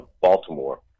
Baltimore